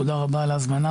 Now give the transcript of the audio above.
תודה רבה על ההזמנה.